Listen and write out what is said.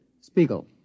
Spiegel